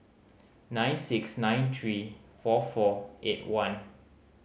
nine six nine three four four eight one